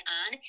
on